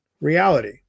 reality